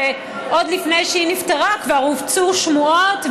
שעוד לפני שהיא נפטרה כבר הופצו שמועות,